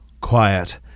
quiet